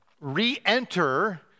re-enter